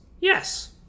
yes